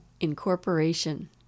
Incorporation